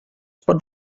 pot